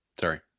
Sorry